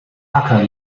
hacker